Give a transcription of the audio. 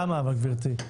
אבל למה, גברתי?